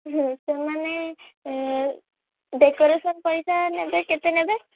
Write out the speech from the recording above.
ହଉ ସେମାନେ ଡ଼େକୋରେସନ୍ ପଇସା ନେବେ କେତେ ନେବେ